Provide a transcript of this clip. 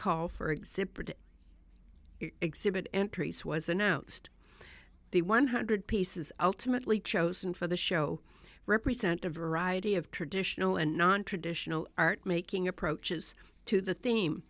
exhibit exhibit entries was announced the one hundred pieces ultimately chosen for the show represent a variety of traditional and nontraditional art making approaches to the theme